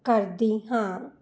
ਕਰਦੀ ਹਾਂ